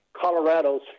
Colorado's